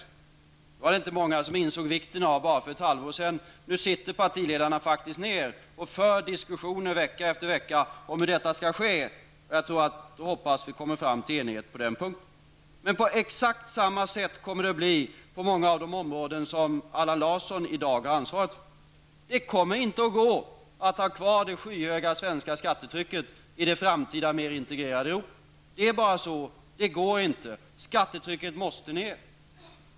Detta var det inte många som insåg vikten av för bara något halvår sedan. Nu sitter partiledarna faktiskt ner och för diskussioner vecka efter vecka om hur detta skall ske. Och jag hoppas att vi kommer fram till enighet på den punkten. Men på exakt samma sätt kommer det att bli på många av de områden som Allan Larsson i dag har ansvaret för. Det kommer inte att gå att ha kvar det skyhöga svenska skattetrycket i det framtida mer integrerade Europa. Det är bara så. Det går inte. Skattetrycket måste ned.